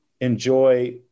enjoy